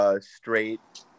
straight